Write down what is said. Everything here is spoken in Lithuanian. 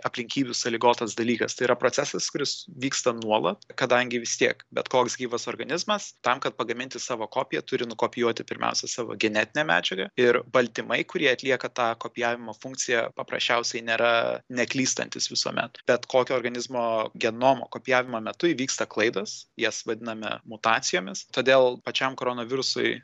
aplinkybių sąlygotas dalykas tai yra procesas kuris vyksta nuolat kadangi vis tiek bet koks gyvas organizmas tam kad pagaminti savo kopiją turi nukopijuoti pirmiausia savo genetinę medžiagą ir baltymai kurie atlieka tą kopijavimo funkciją paprasčiausiai nėra neklystantys visuomet bet kokio organizmo genomo kopijavimo metu įvyksta klaidos jas vadiname mutacijomis todėl pačiam koronavirusui